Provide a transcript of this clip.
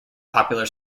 popular